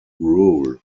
rule